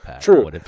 True